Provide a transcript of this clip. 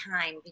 time